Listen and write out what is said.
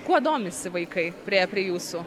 kuo domisi vaikai priėję prie jūsų